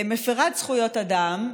מפירת זכויות אדם,